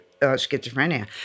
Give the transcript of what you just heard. schizophrenia